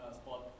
spot